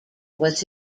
was